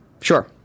Sure